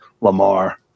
Lamar